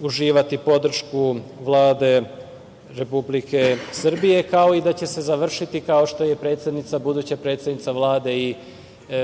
uživati podršku Vlade Republike Srbije, kao i da će se završiti, kao što je predsednica, buduća predsednica Vlade i